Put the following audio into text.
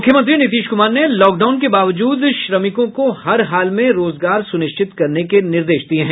मुख्यमंत्री नीतीश कुमार ने लॉकडाउन के बावजूद श्रमिकों को हर हाल में रोजगार सुनिश्चित करने के निर्देश दिये हैं